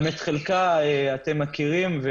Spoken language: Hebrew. את חלקה אתם מכירים.